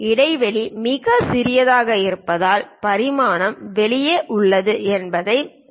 இடைவெளி மிகச் சிறியதாக இருப்பதால் பரிமாணம் வெளியே உள்ளது என்பதை நினைவில் கொள்க